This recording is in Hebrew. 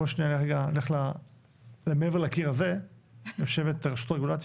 בואי שנייה נלך מעבר לקיר הזה יושבת רשות הרגולציה.